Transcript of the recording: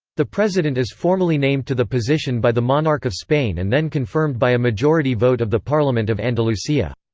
the president is formally named to the position by the monarch of spain and then confirmed by a majority vote of the parliament of andalusia.